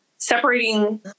Separating